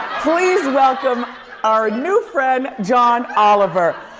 please welcome our new friend, john oliver.